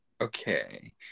Okay